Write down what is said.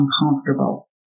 uncomfortable